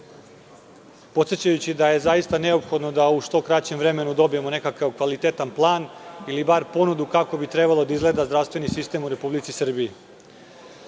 podsećajući da je zaista neophodno da u što kraćem vremenu dobijemo nekakav kvalitetan plan ili bar ponudu kako bi trebalo da izgleda zdravstveni sistem u Republici Srbiji. Moje